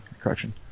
Correction